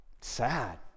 Sad